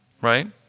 Right